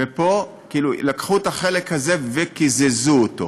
ופה לקחו את החלק הזה וקיזזו אותו.